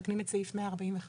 מתקנים את סעיף 145(ח),